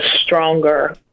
stronger